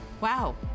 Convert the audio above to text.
Wow